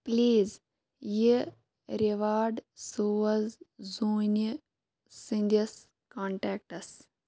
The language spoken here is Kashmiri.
پٕلیٖز یہِ رِواڈ سوز زوٗنہِ سٕنٛدِس کنٹٮ۪کٹَس